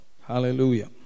Hallelujah